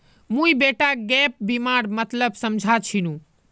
मुई बेटाक गैप बीमार मतलब समझा छिनु